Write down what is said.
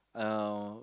um